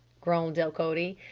groaned delcote.